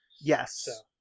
Yes